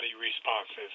responses